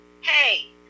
Hey